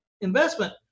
investment